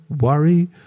worry